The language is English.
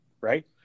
right